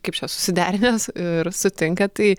kaip čia susiderinęs ir sutinka tai